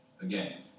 Again